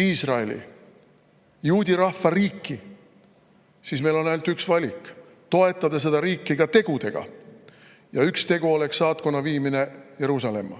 Iisraeli, juudi rahva riiki, siis meil on ainult üks valik: toetada seda riiki ka tegudega. Üks tegu oleks saatkonna viimine Jeruusalemma.